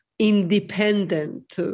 independent